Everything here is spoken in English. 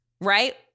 right